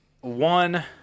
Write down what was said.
one